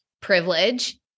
privilege